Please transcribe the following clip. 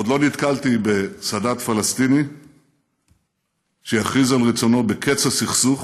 עוד לא נתקלתי בסאדאת פלסטיני שיכריז על רצונו בקץ הסכסוך,